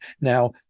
Now